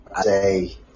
say